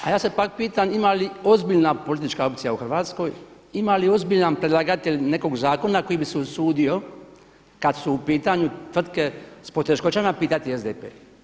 A ja se pak pitam, ima li ozbiljna politička opcija u Hrvatskoj, ima li ozbiljan predlagatelj nekog zakona koji bi se usudio kada su u pitanju tvrtke s poteškoćama pitati SDP.